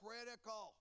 Critical